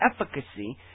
efficacy